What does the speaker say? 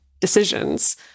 decisions